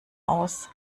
aus